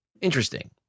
interesting